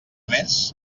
més